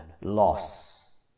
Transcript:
loss